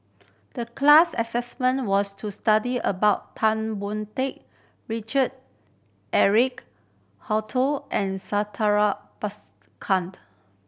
the class assignment was to study about Tan Boon Teik Richard Eric Holttum and Santha Bhaskared